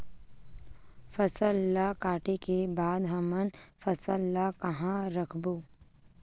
फसल ला काटे के बाद हमन फसल ल कहां रखबो?